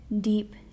deep